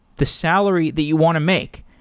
the salary that you want to make,